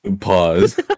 pause